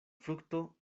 frukto